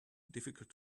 difficult